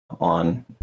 on